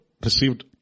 received